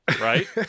right